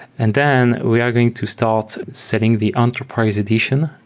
and then we are going to start setting the enterprise edition,